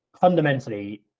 fundamentally